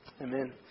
Amen